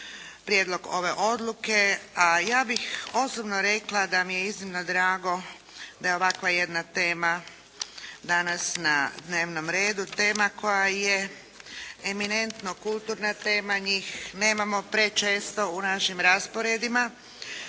prijedlog ove odluke. A ja bih osobno rekla da mi je iznimno drago da je ovakva jedna tema danas na dnevnom redu, tema koja je eminentno kulturna tema. Njih nemamo prečesto u našim rasporedima.